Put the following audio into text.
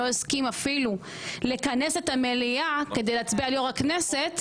לא הסכים אפילו לכנס את המליאה כדי להצביע על יושב-ראש הכנסת,